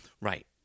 Right